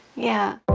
yeah.